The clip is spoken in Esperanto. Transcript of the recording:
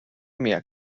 mia